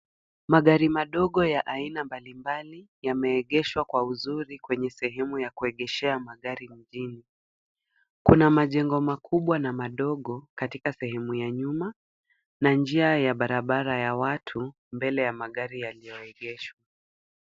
Magari madogo ya aina mbalimbali yameegeshwa kwa uzuri kwenye sehemu ya kuegeshea magari mjini. Kuna majengo makubwa na madogo katika sehemu ya nyuma na njia ya barabara ya watu mbele ya magari yaliyoegeshwa.